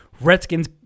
Redskins